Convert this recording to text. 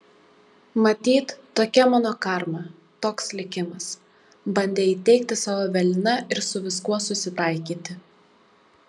matyt tokia mano karma toks likimas bandė įteigti sau evelina ir su viskuo susitaikyti